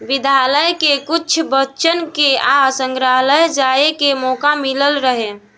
विद्यालय के कुछ बच्चन के आज संग्रहालय जाए के मोका मिलल रहे